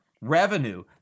revenue